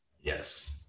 Yes